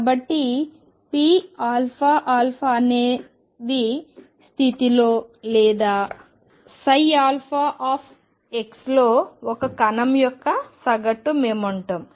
కాబట్టి pαα అనేది స్థితిలో లేదా లో ఒక కణం యొక్క సగటు మొమెంటం